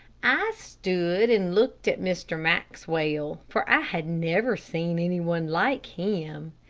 i stood and looked at mr. maxwell, for i had never seen any one like him.